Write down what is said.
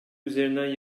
üzerinden